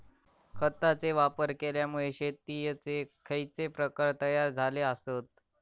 खतांचे वापर केल्यामुळे शेतीयेचे खैचे प्रकार तयार झाले आसत?